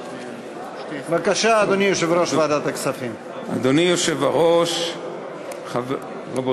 בבקשה, אדוני, יושב-ראש ועדת הכספים.